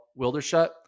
Wildershut